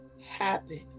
happen